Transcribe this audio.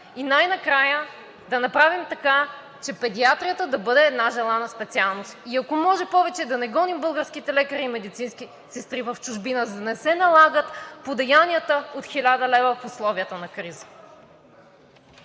и най-накрая да направим така, че педиатрията да бъде една желана специалност. И, ако може, повече да не гоним българските лекари и медицински сестри в чужбина, за да не се налагат подаянията от 1000 лв. в условията на криза.